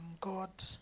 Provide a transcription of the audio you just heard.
God